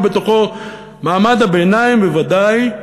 ובתוכו מעמד הביניים בוודאי,